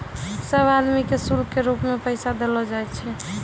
सब आदमी के शुल्क के रूप मे पैसा देलो जाय छै